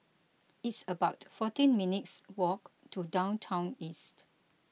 it's about fourteen minutes' walk to Downtown East